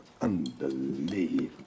unbelievable